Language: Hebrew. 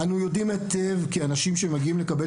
אנו יודעים היטב כי אנשים שמגיעים לקבל